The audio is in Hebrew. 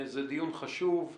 זה דיון חשוב.